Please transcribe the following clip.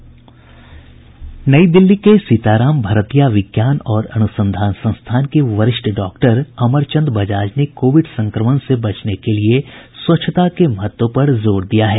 नई दिल्ली के सीताराम भरतीया विज्ञान और अनुसंधान संस्थान के वरिष्ठ डॉक्टर अमर चंद बजाज ने कोविड संक्रमण से बचने के लिए स्वच्छता के महत्व पर जोर दिया है